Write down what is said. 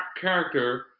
character